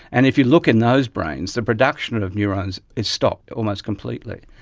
and if you look in those brains, the production of neurons is stopped almost completely.